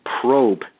probe